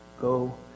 go